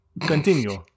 Continue